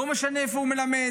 לא משנה איפה הוא מלמד,